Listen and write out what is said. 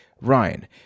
Ryan